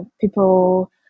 people